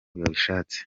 babishatse